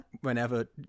whenever